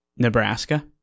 nebraska